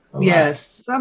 Yes